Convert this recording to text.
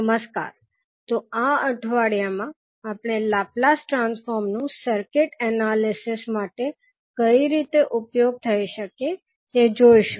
નમસ્કારતો આ અઠવાડિયામાં આપણે લાપ્લાસ ટ્રાન્સફોર્મ નું સર્કિટ એનાલિસીસ માટે કઇ રીતે ઉપયોગ થઈ શકેતે જોઇશું